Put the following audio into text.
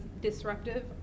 disruptive